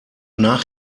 nach